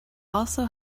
also